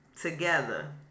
together